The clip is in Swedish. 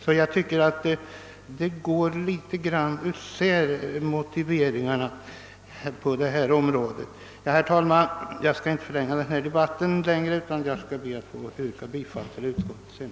Därför tycker jag att motiveringarna på detta område går något isär. Herr talman! Jag skall inte förlänga denna debatt utan ber att få yrka bifall till utskottets hemställan.